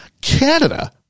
Canada